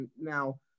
Now